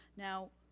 now,